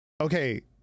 okay